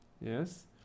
Yes